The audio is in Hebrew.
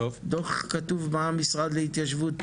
דו"ח כתוב מה המשרד להתיישבות